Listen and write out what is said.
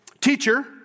Teacher